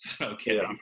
Okay